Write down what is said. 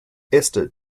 esther